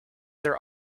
their